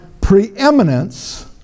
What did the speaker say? preeminence